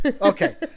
Okay